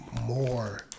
more